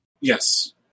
yes